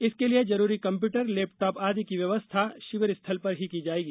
इसके लिए जरूरी कम्प्यूटर लेपटॉप आदि की व्यवस्था शिविर स्थल पर ही की जाएगी